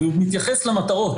זה מתייחס למטרות.